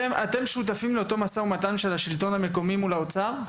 אתם שותפים לאותו משא ומתן של השלטון המקומי מול משרד האוצר?